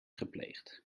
gepleegd